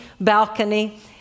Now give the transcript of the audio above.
balcony